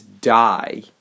die